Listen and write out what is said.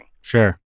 Sure